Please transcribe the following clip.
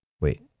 Wait